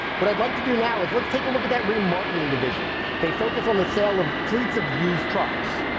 what i'd like to do now is let's take a look at that remarketing division they focus on the sale of fleets of used trucks.